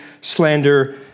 slander